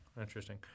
Interesting